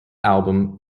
album